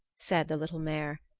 said the little mare,